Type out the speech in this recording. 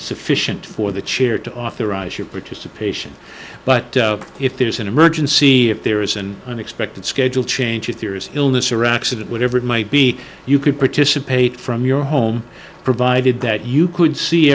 sufficient for the chair to authorize your participation but if there's an emergency if there isn't an expected schedule change if there is illness or accident whatever it might be you could participate from your home provided that you could see